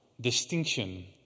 distinction